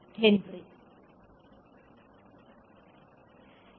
ನೋಡಿ ಸ್ಲೈಡ್ ಸಮಯ 18